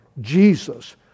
Jesus